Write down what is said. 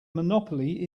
monopoly